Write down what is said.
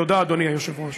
תודה, אדוני היושב-ראש.